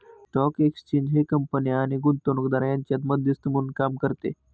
stock exchange हे कंपन्या आणि गुंतवणूकदार यांच्यात मध्यस्थ म्हणून काम करते